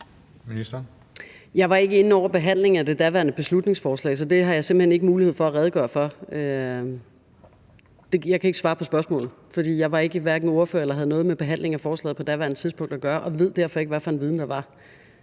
Jeg var ikke inde over behandlingen af det daværende beslutningsforslag, så det har jeg simpelt hen ikke mulighed for at redegøre for. Jeg kan ikke svare på spørgsmålet, for jeg var hverken ordfører eller havde noget med behandlingen af forslaget at gøre på daværende tidspunkt og ved derfor ikke, hvad for en viden der var.